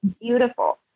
beautiful